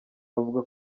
bavuga